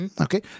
Okay